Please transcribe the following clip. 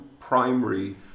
primary